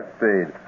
Speed